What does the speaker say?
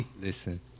Listen